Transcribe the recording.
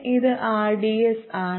ഇത് rds ആണ്